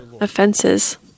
offenses